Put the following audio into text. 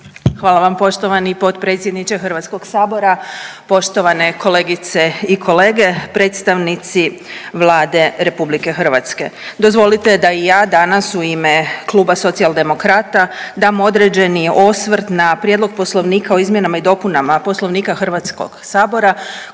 Hvala vam poštovani potpredsjedniče HS. Poštovane kolegice i kolege i predstavnici Vlade RH, dozvolite da i ja danas u ime Kluba Socijaldemokrata dam određeni osvrt na Prijedlog Poslovnika o izmjenama i dopunama Poslovnika HS koji nam